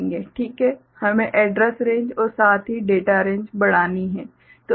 ठीक है हमें एड्रैस रेंज और साथ ही डेटा रेंज बढ़ानी चाहिए